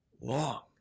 long